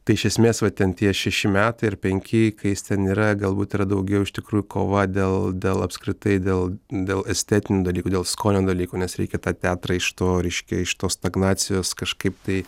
tai iš esmės va ten tie šeši metai ar penki kai jis ten yra galbūt yra daugiau iš tikrų kova dėl dėl apskritai dėl dėl estetinių dalykų dėl skonio dalykų nes reikia tą teatrą iš to reiškia iš tos stagnacijos kažkaip tai